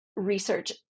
Research